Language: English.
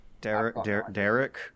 Derek